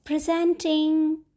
Presenting